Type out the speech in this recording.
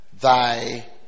thy